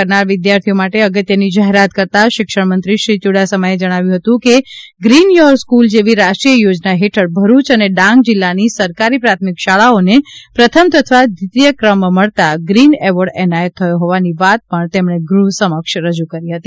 કરનાર વિદ્યાર્થીઓ માટે અગત્યની જાહેરાત કરતા શિક્ષણમંત્રી શ્રી ચુડાસમાએ કહ્યું હતું કે ગ્રીન યોર સ્કુલ જેવી રાષ્ટ્રીય યોજના હેઠળ ભરૂચ અને ડાંગ જિલ્લાની સરકારી પ્રાથમિક શાળાઓને પ્રથમ તથા દ્વિતીય ક્રમ મળતા ગ્રીન એવોર્ડ એનાયત થયો હોવાની વાત પણ તેમણે ગ્રહ સમક્ષ રજુ કરી હતી